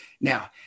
Now